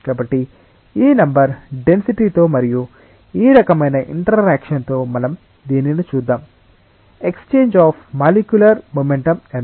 కాబట్టి ఈ నెంబర్ డెన్సిటీతో మరియు ఈ రకమైన ఇంటరాక్షణ్ తో మనం దీనిని చూద్దాం ఎక్స్చేంజ్ అఫ్ మాలిక్యులర్ మొమెంటం ఎంత